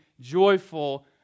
joyful